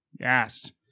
Asked